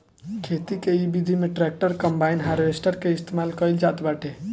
खेती के इ विधि में ट्रैक्टर, कम्पाईन, हारवेस्टर के इस्तेमाल कईल जात बाटे